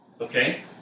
Okay